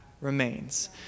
remains